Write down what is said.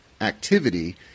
activity